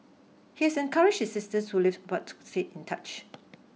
he is encouraged his sisters who lived apart to say in touch